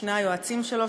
שני היועצים שלו,